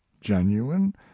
genuine